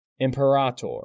Imperator